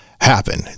happen